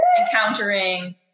encountering